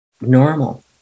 Normal